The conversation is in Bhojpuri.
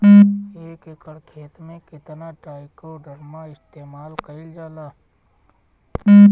एक एकड़ खेत में कितना ट्राइकोडर्मा इस्तेमाल कईल जाला?